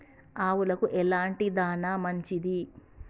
ఆవులకు ఎలాంటి దాణా మంచిది?